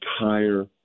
entire